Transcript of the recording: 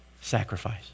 sacrifice